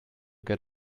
get